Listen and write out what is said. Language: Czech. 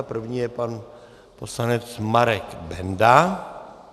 První je pan poslanec Marek Benda.